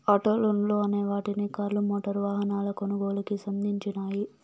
auto లోన్లు అనే వాటిని కార్లు, మోటారు వాహనాల కొనుగోలుకి సంధించినియ్యి